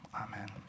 Amen